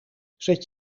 zet